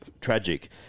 tragic